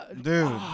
Dude